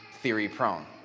theory-prone